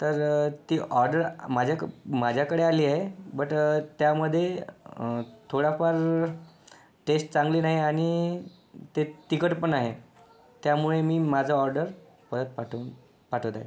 तर ती ऑर्डर माझ्या माझ्याकडे आली आहे बट त्यामध्ये थोडाफार टेस्ट चांगली नाही आणि ते तिखट पण आहे त्यामुळे मी माझा ऑर्डर परत पाठवून पाठवत आहे